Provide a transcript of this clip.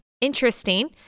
Interesting